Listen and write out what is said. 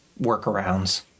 workarounds